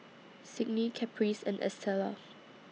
Signe Caprice and Estela